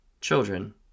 children